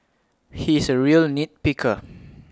he is A real nit picker